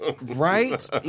Right